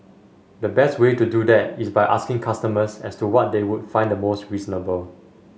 the best way to do that is by asking customers as to what they would find the most reasonable